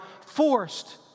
forced